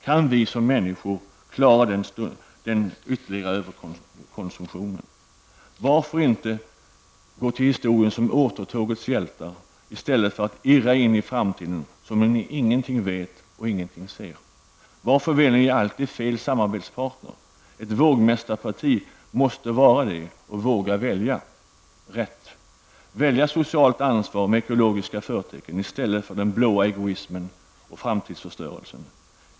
Kan vi människor klara ytterligare överkonsumtion? Varför inte gå till historien som återtågets hjältar i stället för att irra in i framtiden som om ni ingenting vet och ingenting ser? Varför väljer ni alltid fel samarbetspartner? Ett vågmästarparti måste vara ett sådant och våga välja rätt, våga välja social ansvar med ekologiska förtecken i stället för den blå egoismen och förstörelsen.